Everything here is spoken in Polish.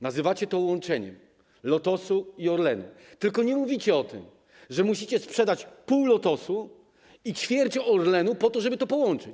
Nazywacie to łączeniem Lotosu i Orlenu, tylko nie mówicie o tym, że musicie sprzedać pół Lotosu i ćwierć Orlenu, żeby to zrobić.